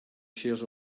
shares